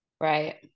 right